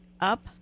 up